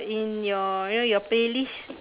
in your you know your playlist